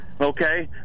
Okay